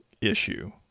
issue